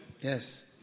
Yes